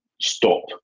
stop